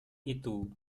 itu